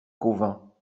cauvin